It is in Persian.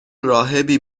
راهبی